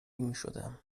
میشدم